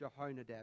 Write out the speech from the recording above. Jehonadab